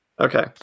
Okay